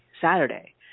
saturday